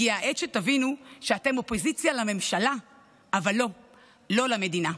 הגיעה העת שתבינו שאתם אופוזיציה לממשלה אבל לא למדינה.